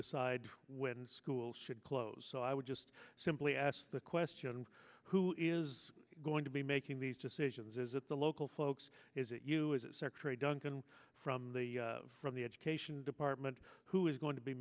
decide when schools should close so i would just simply asked the question who is going to be making these decisions is it the local folks is it you is it secretary duncan from the from the education department who is going to be